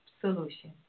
solution